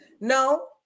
no